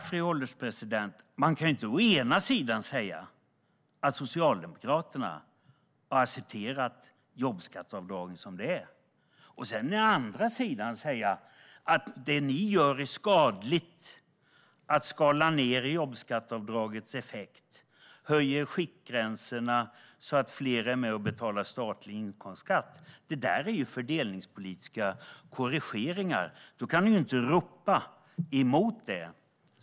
Fru ålderspresident! Man kan inte å ena sidan säga att Socialdemokraterna har accepterat jobbskatteavdragen som de är och å andra sidan säga att det som vi gör är skadligt - skala ned jobbskatteavdragets effekt och höja skiktgränserna, så att fler betalar statlig inkomstskatt. Det är fördelningspolitiska korrigeringar. Då kan ni inte säga emot det.